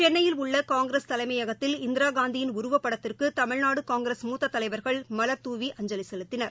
சென்னையில் உள்ள காங்கிரஸ் தலைமையகத்தில் இந்திராகாந்தியின் உருவப்படத்திற்கு தமிழ்நாடு காங்கிரஸ் மூத்த தலைவர்கள் மலர்தூவி அஞ்சலி செலுத்தினர்